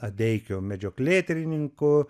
adeikiu medžioklėtirininku